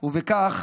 וכך